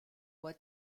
voie